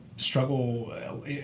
struggle